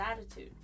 attitude